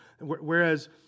Whereas